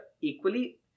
equally